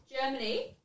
Germany